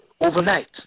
overnight